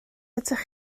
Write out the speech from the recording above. ydych